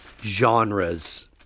genres